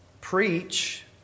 preach